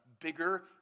bigger